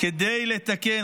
כדי לתקן?